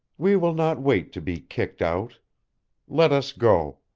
we will not wait to be kicked out let us go.